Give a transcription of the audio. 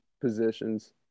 positions